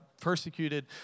persecuted